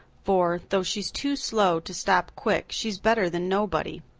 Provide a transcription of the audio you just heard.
for, though she's too slow to stop quick, she's better than nobody.